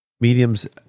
Mediums